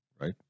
right